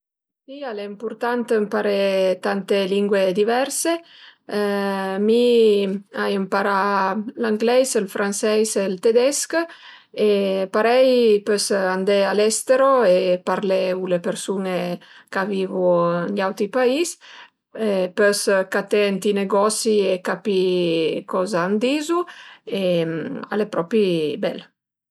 Si al e ëmpurtant ëmparé tante lingue diverse, mi l'ai ëmparà ël franseis, l'angleis e ël tedesch e parei pös andé a l'estero e parlé u le persun-e ch'a vivu ën gl'auti pais e pös caté ënt i negosi e capì coza a më dizu, al e propi bel